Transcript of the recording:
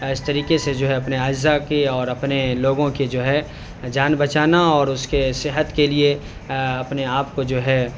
اس طریقے سے جو ہے اپنے اعزہ کے اور اپنے لوگوں کے جو ہے جان بچانا اور اس کے صحت کے لیے اپنے آپ کو جو ہے